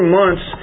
months